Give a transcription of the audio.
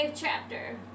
chapter